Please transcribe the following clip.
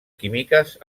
químiques